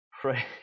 pray